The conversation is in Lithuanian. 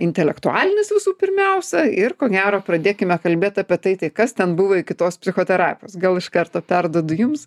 intelektualinis visų pirmiausia ir ko gero pradėkime kalbėt apie tai tai kas ten buvo iki tos psichoterapijos gal iš karto perduodu jums